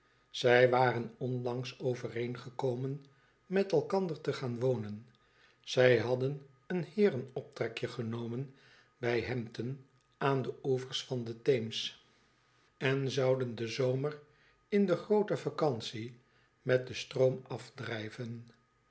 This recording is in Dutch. zij waren onlangs overeengekomen met elkander te gaan wonen zij hadden een heeren optrekje genomen bij hampton aan de oevers van den theems en zouden den zomer en de groote vacantie met den stroom afdrijven